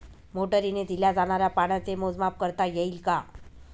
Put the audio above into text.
मोटरीने दिल्या जाणाऱ्या पाण्याचे मोजमाप करता येईल का?